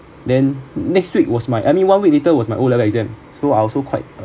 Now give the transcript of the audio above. then next week was my I mean one week later was my O level exam so I also quite uh